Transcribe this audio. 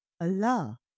Allah